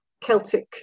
Celtic